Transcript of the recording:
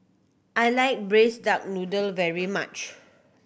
I like Braised Duck Noodle very much